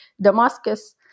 Damascus